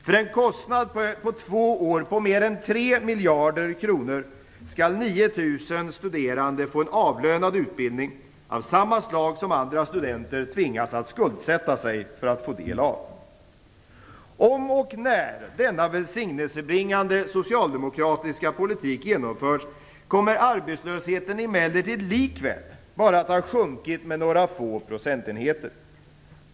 För en kostnad över två år på mer än 3 miljarder kronor skall 9 000 studerande få en avlönad utbildning av samma slag som andra studenter tvingas skuldsätta sig för att få. Om och när denna välsignelsebringande socialdemokratiska politik genomförs kommer arbetslösheten likväl bara att ha sjunkit med några få procentenheter.